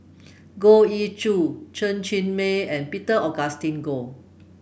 Goh Ee Choo Chen Cheng Mei and Peter Augustine Goh